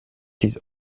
dies